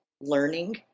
learning